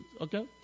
Okay